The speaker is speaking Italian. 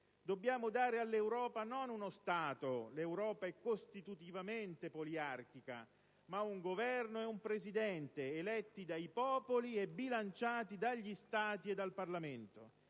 dobbiamo dare all'Europa non uno Stato - l'Europa è costitutivamente poliarchica - ma un Governo e un Presidente eletti dai popoli e bilanciati dagli Stati e dal Parlamento.